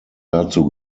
dazu